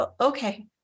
Okay